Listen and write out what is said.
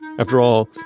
after all,